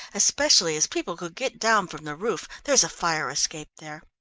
especially as people could get down from the roof there is a fire escape there.